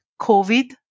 COVID